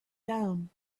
down